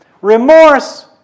remorse